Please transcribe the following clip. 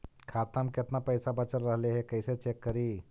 खाता में केतना पैसा बच रहले हे कैसे चेक करी?